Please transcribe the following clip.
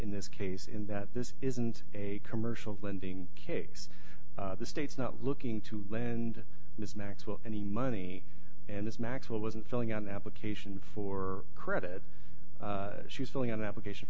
in this case in that this isn't a commercial lending case the state's not looking to lend its maxwell any money and it's maxwell wasn't filling out an application for credit she's filling out an application